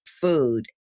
food